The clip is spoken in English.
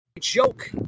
joke